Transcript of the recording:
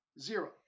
Zero